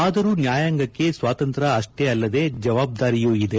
ಆದರೂ ನ್ಯಾಯಾಂಗಕ್ಕೆ ಸ್ವಾತಂತ್ರ್ಯ ಅಷ್ಟೇ ಅಲ್ಲದೆ ಜವಾಬ್ದಾರಿಯೂ ಇದೆ